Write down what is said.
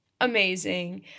amazing